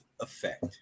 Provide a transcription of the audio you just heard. effect